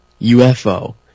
UFO